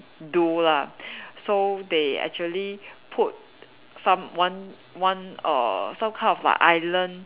do lah so they actually put someone one err some kind of an island